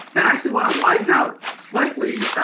and i actually want to widen out slightly